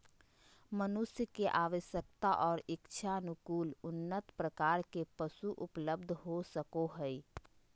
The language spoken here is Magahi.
मनुष्य के आवश्यकता और इच्छानुकूल उन्नत प्रकार के पशु उपलब्ध हो सको हइ